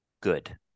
good